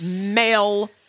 male